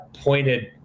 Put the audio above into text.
pointed